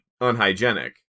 unhygienic